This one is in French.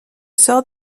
sort